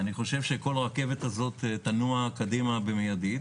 כל הרכבת תנוע קדימה במידית.